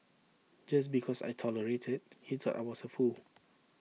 just because I tolerated he thought I was A fool